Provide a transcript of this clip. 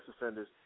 offenders